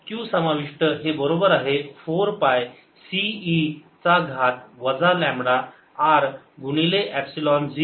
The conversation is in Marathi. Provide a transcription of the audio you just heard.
r24π4πCe λrQ0 तर Q समाविष्ट हे बरोबर आहे 4 पाय C e चा घात वजा लांबडा r गुणिले एपसिलोन 0